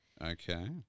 Okay